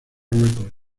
records